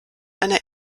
einer